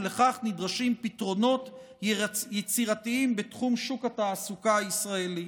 ולכך נדרשים פתרונות יצירתיים בתחום שוק התעסוקה הישראלי.